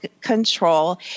control